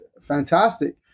fantastic